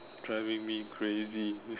driving me crazy